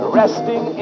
resting